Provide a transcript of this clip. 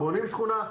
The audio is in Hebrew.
בונים שכונה,